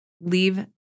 leave